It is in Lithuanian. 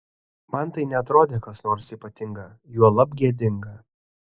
man tai neatrodė kas nors ypatinga juolab gėdinga